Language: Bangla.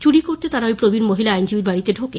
চুরি করতে তারা ওই প্রবীণ মহিলা আইনজীবীর বাড়িতে ঢোকে